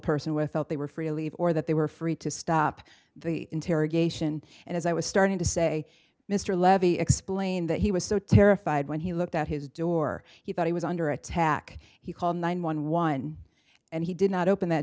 person with felt they were free to leave or that they were free to stop the interrogation and as i was starting to say mr levy explained that he was so terrified when he looked at his door he thought he was under attack he called nine one one and he did not open th